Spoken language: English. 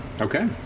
Okay